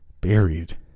buried